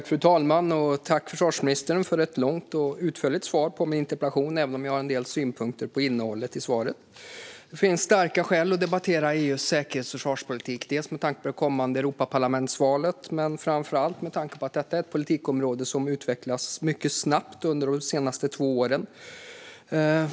Fru talman! Jag tackar försvarsministern för ett långt och utförligt svar på min interpellation, även om jag har en del synpunkter på innehållet i svaret. Det finns starka skäl att debattera EU:s säkerhets och försvarspolitik, dels med tanke på det kommande Europaparlamentsvalet, dels och framför allt med tanke på att detta är ett politikområde som utvecklats mycket snabbt under de senaste två åren.